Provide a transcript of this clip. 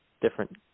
different